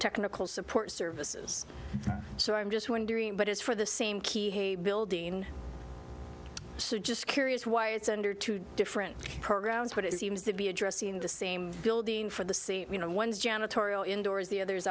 technical support services so i'm just wondering but as for the same key hey building so just curious why it's under two different programs but it seems to be addressing the same building for the c you know ones janitorial in doors the other